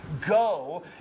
go